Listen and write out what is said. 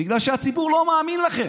בגלל שהציבור לא מאמין לכם,